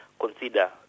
consider